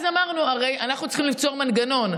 אז אמרנו: הרי אנחנו צריכים ליצור מנגנון,